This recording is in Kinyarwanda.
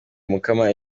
mukamana